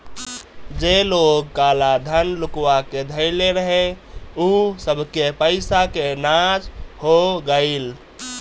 जे लोग काला धन लुकुआ के धइले रहे उ सबके पईसा के नाश हो गईल